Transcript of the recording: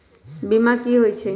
बीमा कि होई छई?